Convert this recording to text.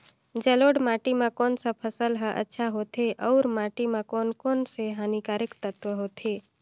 जलोढ़ माटी मां कोन सा फसल ह अच्छा होथे अउर माटी म कोन कोन स हानिकारक तत्व होथे?